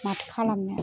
माथो खालामनो